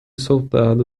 soldado